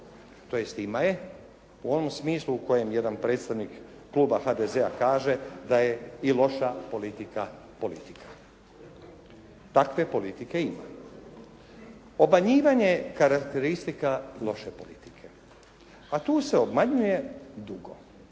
tj. ima je u onom smislu u kojem jedan predstavnik kluba HDZ-a kaže da je i loša politika – politika. Takve politike ima. Obmanjivanje karakteristika loše politike. Pa tu se obmanjuje dugo.